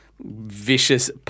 vicious